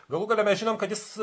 galų gale mes žinom kad jis